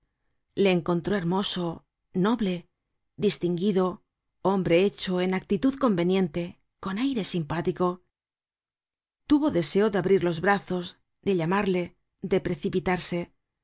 le encontró hermoso noble distinguido hombre hecho en actitud conveniente con aire simpático tuvo deseo de abrir los brazos de llamarle de precipitarse